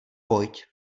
pojď